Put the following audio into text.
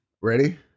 Ready